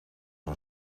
een